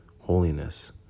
holiness